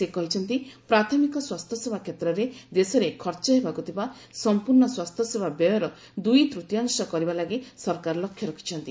ସେ କହିଛନ୍ତି ପ୍ରାଥମିକ ସ୍ୱାସ୍ଥ୍ୟସେବା କ୍ଷେତ୍ରରେ ଦେଶରେ ଖର୍ଚ୍ଚ ହେବାକୁ ଥିବା ସମ୍ପର୍ଣ୍ଣ ସ୍ୱାସ୍ଥ୍ୟସେବା ବ୍ୟୟର ଦୁଇ ତୂତୀୟାଂଶ କରିବା ଲାଗି ସରକାର ଲକ୍ଷ୍ୟ ରଖିଛନ୍ତି